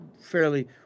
fairly